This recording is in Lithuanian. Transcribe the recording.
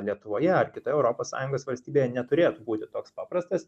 lietuvoje ar kitoj europos sąjungos valstybėje neturėtų būti toks paprastas